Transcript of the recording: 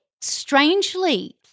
strangely